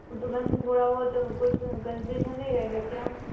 ऊ तो मैम थोड़ा बहुत कुछ कंशेशन नहीं रहेगा क्या